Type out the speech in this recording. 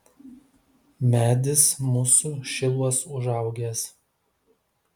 medis mūsų šiluos užaugęs